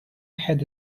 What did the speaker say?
head